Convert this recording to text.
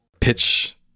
pitch